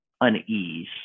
unease